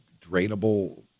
drainable